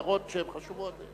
הערות שהן חשובות.